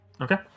Okay